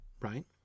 right